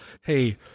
hey